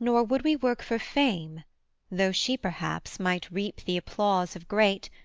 nor would we work for fame though she perhaps might reap the applause of great,